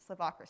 Slavocracy